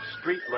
street